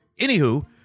Anywho